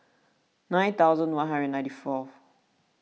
nine thousand one hundred ninety fourth